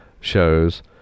shows